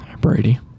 brady